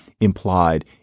implied